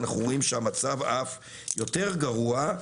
אנחנו רואים שהמצב אף יותר גרוע.